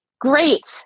Great